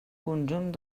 conjunt